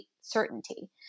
certainty